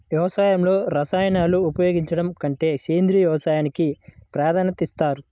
వ్యవసాయంలో రసాయనాలను ఉపయోగించడం కంటే సేంద్రియ వ్యవసాయానికి ప్రాధాన్యత ఇస్తారు